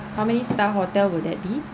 how many star hotel would that be